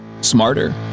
smarter